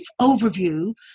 overview